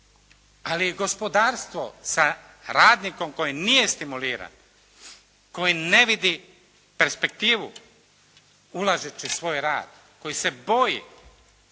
Ali i gospodarstvo sa radnikom koji nije stimuliran, koji ne vidi perspektivu ulažeći svoj rad, koji se boji,